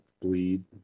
bleed